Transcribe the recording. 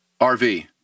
RV